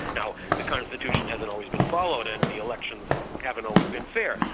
now, the constitution hasn't always been followed and the elections haven't always been fair,